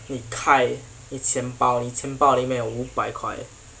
你开你的钱包你的钱包里面有五百块